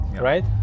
right